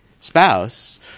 spouse